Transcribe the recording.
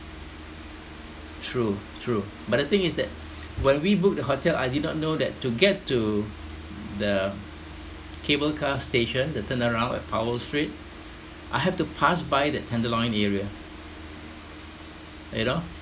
true true but the thing is that when we booked the hotel I did not know that to get to the cable car station the turnaround at powell street I have to pass by that tenderloin area you know